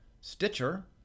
Stitcher